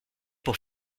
pour